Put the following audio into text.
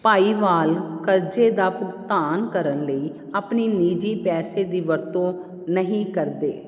ਭਾਈਵਾਲ ਕਰਜ਼ੇ ਦਾ ਭੁਗਤਾਨ ਕਰਨ ਲਈ ਆਪਣੇ ਨਿੱਜੀ ਪੈਸੇ ਦੀ ਵਰਤੋਂ ਨਹੀਂ ਕਰਦੇ